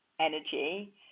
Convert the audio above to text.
energy